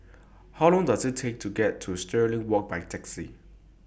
How Long Does IT Take to get to Stirling Walk By Taxi